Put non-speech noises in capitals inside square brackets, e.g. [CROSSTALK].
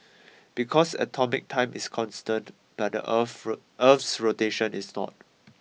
because atomic time is constant but the Earth [UNINTELLIGIBLE] Earth's rotation is not